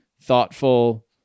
thoughtful